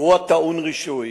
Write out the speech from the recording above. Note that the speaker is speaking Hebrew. אירוע טעון רישוי.